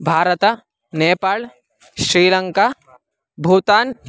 Bharata Nepal Sri Lanka Bhutan